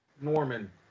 Norman